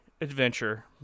adventure